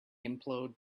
implode